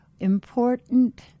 important